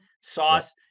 Sauce